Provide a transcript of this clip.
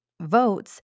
votes